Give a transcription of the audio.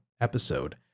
episode